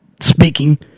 Speaking